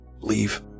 leave